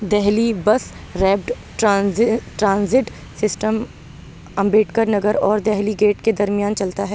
Delhi bus rapid transit system Ambedkar Nagar اور Delhi gate کے درمیان چلتا ہے